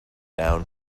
down